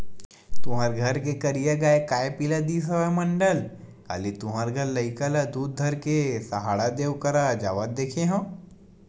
तुँहर घर के करिया गाँय काय पिला दिस हवय मंडल, काली तुँहर घर लइका ल दूद धर के सहाड़ा देव करा जावत देखे हँव?